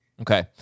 Okay